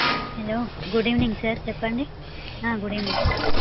hello good evening sir చెప్పండి good evening